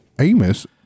Amos